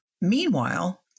Meanwhile